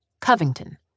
Covington